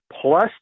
plus